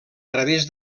través